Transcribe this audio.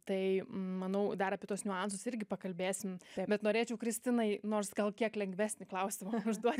tai manau dar apie tuos niuansus irgi pakalbėsim bet norėčiau kristinai nors gal kiek lengvesnį klausimą užduot